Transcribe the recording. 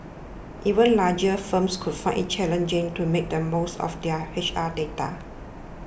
even larger firms could find it challenging to make the most of their H R data